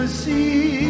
see